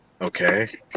Okay